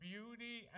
Beauty